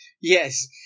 Yes